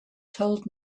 told